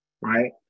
right